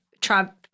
Trump—